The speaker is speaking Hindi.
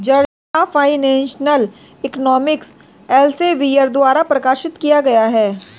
journal of financial economics Elsevier द्वारा प्रकाशित किया गया हैं